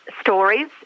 Stories